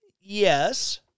yes